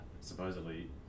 supposedly